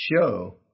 show